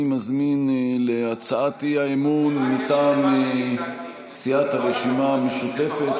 אני מזמין להצעת האי-אמון מטעם סיעת הרשימה המשותפת,